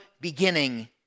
beginning